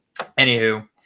anywho